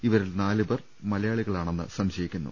ഇവരിൽ നാലുപേർ മലയാളികളാണെന്ന് സംശയിക്കുന്നു